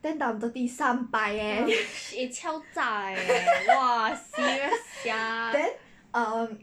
thirty 三百 leh then um